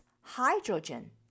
hydrogen